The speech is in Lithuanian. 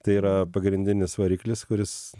tai yra pagrindinis variklis kuris